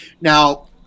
Now